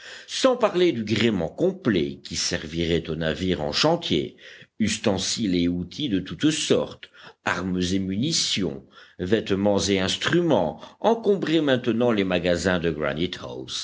sans parler du gréement complet qui servirait au navire en chantier ustensiles et outils de toutes sortes armes et munitions vêtements et instruments encombraient maintenant les magasins de